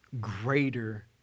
greater